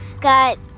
got